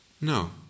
No